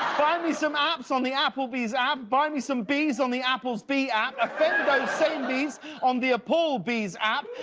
buy me some apps on the applebees app. buy me some bees on the apple's bee app. offend so bees on the apall bees app.